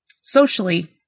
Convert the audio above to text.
socially